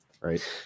right